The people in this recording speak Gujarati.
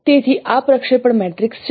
તેથી આ પ્રક્ષેપણ મેટ્રિક્સ છે